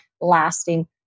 lasting